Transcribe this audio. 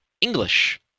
English